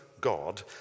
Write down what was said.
God